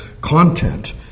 content